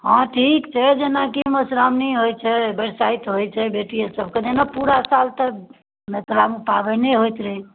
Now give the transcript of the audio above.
हँ ठीक छै जेना कि मधुश्राओणी होइत छै बरसाइत होइत छै बेटी सबके जेना पूरा साल तऽ मिथिलामे पाबने होयत रहैत छै